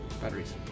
batteries